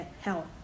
health